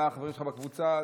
מי החברים שלך בקבוצה.